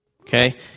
okay